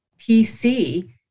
PC